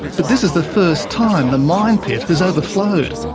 but this is the first time the mine pit has overflowed.